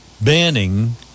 banning